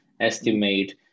estimate